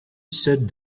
sat